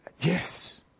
yes